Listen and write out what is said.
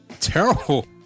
terrible